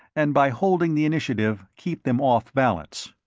and by holding the initiative, keep them off balance.